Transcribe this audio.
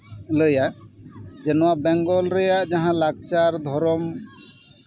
ᱞᱟᱹᱭᱟ ᱡᱮ ᱱᱚᱣᱟ ᱵᱮᱝᱜᱚᱞ ᱨᱮᱭᱟᱜ ᱡᱟᱦᱟᱸ ᱞᱟᱠᱪᱟᱨ ᱫᱷᱚᱨᱚᱢ